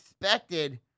expected